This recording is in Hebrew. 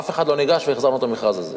אף אחד לא ניגש, והחזרנו את המכרז הזה.